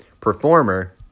performer